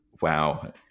Wow